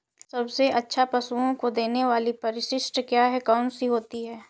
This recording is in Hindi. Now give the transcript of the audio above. सबसे अच्छा पशुओं को देने वाली परिशिष्ट क्या है? कौन सी होती है?